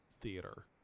theater